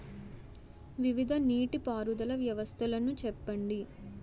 వివిధ నీటి పారుదల వ్యవస్థలను చెప్పండి?